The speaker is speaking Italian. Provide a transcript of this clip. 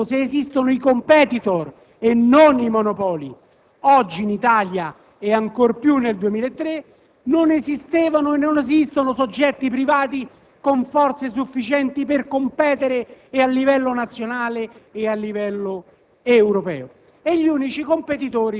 Il mercato è competitivo se esistono i *competitor* e non i monopoli. Oggi in Italia ed ancor più nel 2003 non esistevano e non esistono soggetti privati con forze sufficienti a competere a livello nazionale ed europeo.